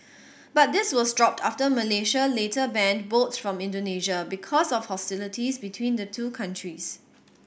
but this was dropped after Malaysia later banned boats from Indonesia because of hostilities between the two countries